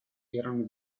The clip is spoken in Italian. erano